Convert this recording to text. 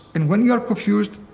and when you are confused,